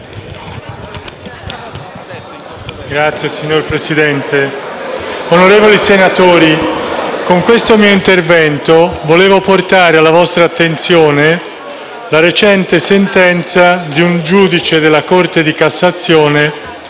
Signor Presidente, onorevoli senatori, con questo mio intervento vorrei portare alla vostra attenzione la recente sentenza di un giudice della Corte di cassazione